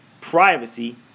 privacy